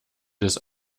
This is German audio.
des